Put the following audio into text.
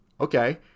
okay